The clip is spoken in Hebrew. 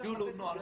שג'ול זה לנוער.